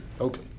Okay